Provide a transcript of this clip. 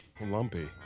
Lumpy